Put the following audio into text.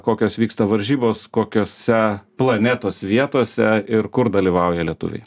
kokios vyksta varžybos kokiose planetos vietose ir kur dalyvauja lietuviai